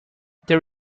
there